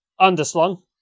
underslung